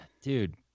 dude